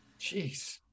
Jeez